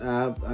app